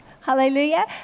Hallelujah